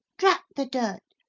drat the dirt!